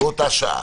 באותה שעה.